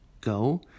go